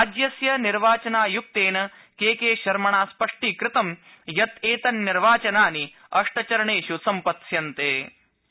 राज्यस्य निर्वाचनायुक्तेन केके शर्माणा स्पष्टीकृतं यत् एतन्निर्वाचनानि अष्टचरणेष् सम्पत्स्यन्ते